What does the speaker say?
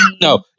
No